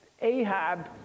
Ahab